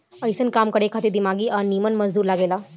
अइसन काम करे खातिर दिमागी आ निमन मजदूर लागे ला